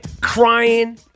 crying